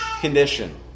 condition